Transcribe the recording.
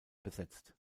besetzt